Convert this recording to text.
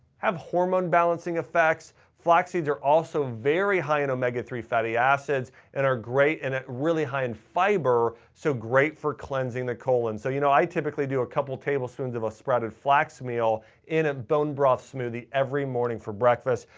have hormone balancing effects, flax seeds are also very high in omega three fatty acids that and are great and are really high in fiber, so great for cleansing the colon. so you know i typically do a couple tablespoons of a sprouted flax meal in a bone broth smoothie every morning for breakfast.